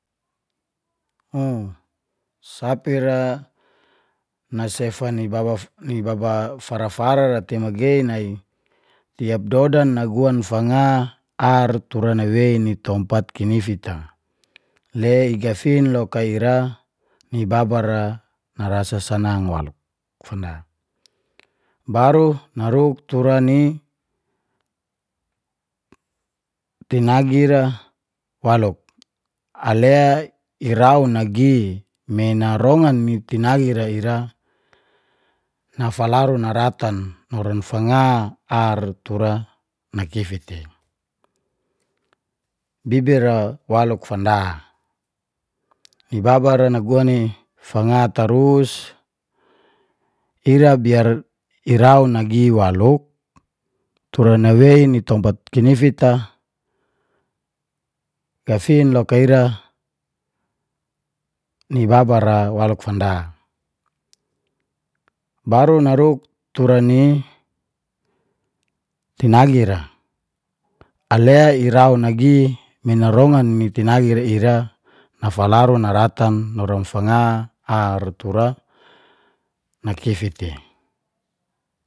U sapi ra nasefa ni baba fara-fara ra tei magei nai, tiap dodan naguan fanga, ar tura nawewei ni tompat kinifit a. Le i gafin loka ira, ni baba ra narasa sanang waluk fanda. Baru naruk tura ni tinagi ira waluk. Ale iraun nagi, me narongan i nitanagi ira nafalaru naratan noran fanga, ar, tura nakifit i. Bibi ra waluk fanda, ni baba ra naguan i fanga tarus, ira biar iraun nagi waluk tura nawei tompat kinifit a gafin loka ira ni baba ra waluk fanda. Baru naruk tura ni tinagi ra, ale iraun nagi mina narongan ni tinagi ra ira nafalaru naratan noran fanga ar tura nakifit i.